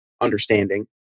understanding